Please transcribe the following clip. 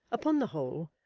upon the whole,